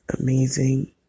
amazing